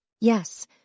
Yes